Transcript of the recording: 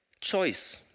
Choice